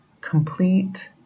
complete